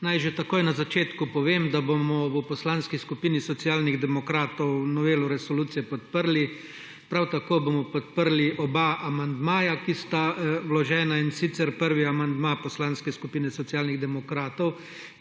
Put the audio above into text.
Naj že takoj na začetku povem, da bomo v Poslanski skupini Socialnih demokratov novelo resolucije podprli prav tako bomo podprli oba amandmaja, ki sta vložena in sicer prvi amandma Poslanske skupine Socialnih demokratov